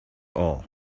all